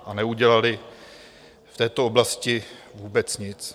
A neudělali v této oblasti vůbec nic.